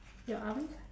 your arms